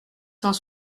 cent